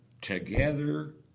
Together